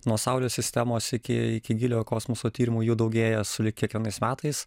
nuo saulės sistemos iki iki giliojo kosmoso tyrimų jų daugėja sulig kiekvienais metais